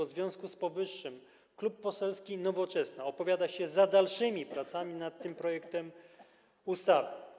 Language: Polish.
W związku z powyższym Klub Poselski Nowoczesna opowiada się za dalszymi pracami nad tym projektem ustawy.